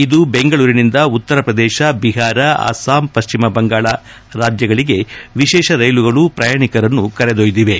ಇದು ಬೆಂಗಳೂರಿನಿಂದ ಉತ್ತರ ಪ್ರದೇಶ ಬಿಹಾರ ಅಸ್ಸಾಂ ಪಶ್ಚಿಮ ಬಂಗಾಳ ರಾಜ್ಯಗಳಿಗೆ ವಿಶೇಷ ರೈಲುಗಳು ಪ್ರಯಾಣಿಕರನ್ನು ಕರೆದೊಯ್ದಿವೆ